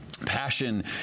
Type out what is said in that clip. passion